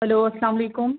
hello اَلسَلامُ علیکُم